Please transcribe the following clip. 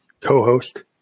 co-host